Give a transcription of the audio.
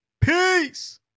Peace